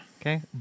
Okay